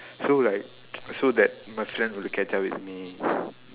so like so that my friend will catch up with me